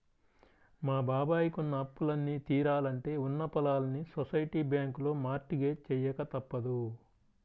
మా బాబాయ్ కి ఉన్న అప్పులన్నీ తీరాలంటే ఉన్న పొలాల్ని సొసైటీ బ్యాంకులో మార్ట్ గేజ్ చెయ్యక తప్పదు